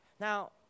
Now